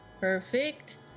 Perfect